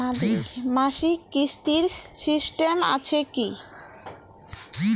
মাসিক কিস্তির সিস্টেম আছে কি?